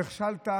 נכשלת.